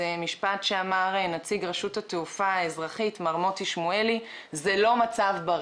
משפט שאמר נציג רשות התעופה האזרחית מר מוטי שמואלי: "זה לא מצב בריא".